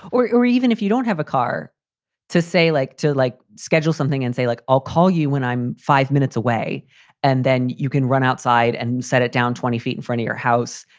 or or even if you don't have a car to say, like to like schedule something and say, look, like i'll call you when i'm five minutes away and then you can run outside and set it down twenty feet in front of your house.